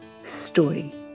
story